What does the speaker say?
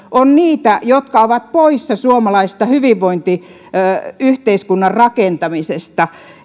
ovat niitä jotka ovat poissa suomalaisen hyvinvointiyhteiskunnan rakentamisesta